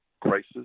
crisis